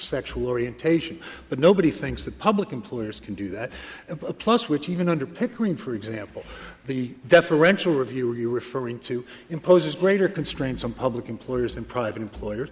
sexual orientation but nobody thinks that public employers can do that plus which even under pickering for example the deferential review you refer into imposes greater constraints on public employees than private employer